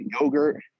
yogurt